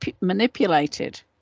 manipulated